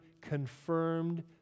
confirmed